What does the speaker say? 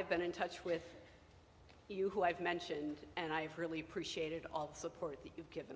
have been in touch with you who i've mentioned and i've really appreciated all the support that you get